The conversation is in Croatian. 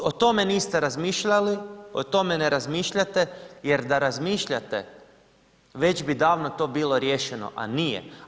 O tome niste razmišljali, o tome ne razmišljate jer da razmišljate već bi davno to bilo riješeno, a nije.